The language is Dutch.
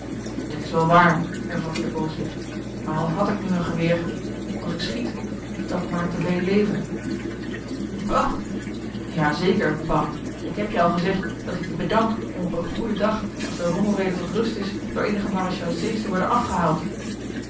dit is wel waar hervatte de booswicht maar al had ik nu een geweer als ik schiet dat maakt te veel leven bah ja zeker bah ik heb je al gezegd dat ik je bedank om op een goeden dag als de rommel weder tot rust is door eenige maréchaussées te worden afgehaald